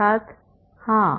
छात्र हाँ